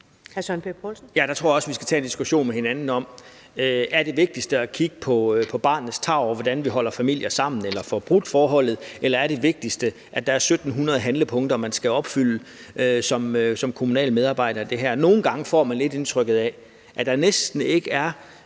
Ja, der tror jeg også, vi skal tage en diskussion om, om det vigtigste er at kigge på barnets tarv, og hvordan vi holder familier sammen eller får brudt forholdet, eller om det vigtigste er, at der er 1.700 handlepunkter, man skal opfylde som kommunal medarbejder i det her. Nogle gange får man lidt indtrykket af, at der næsten ikke er